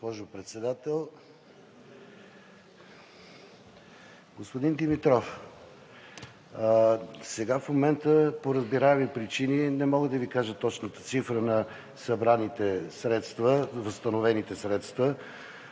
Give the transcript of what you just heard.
Господин Димитров, сега в момента по разбираеми причини не мога да Ви кажа точната цифра на възстановените средства,